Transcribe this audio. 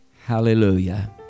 Hallelujah